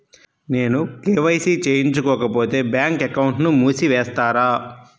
నేను కే.వై.సి చేయించుకోకపోతే బ్యాంక్ అకౌంట్ను మూసివేస్తారా?